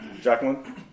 Jacqueline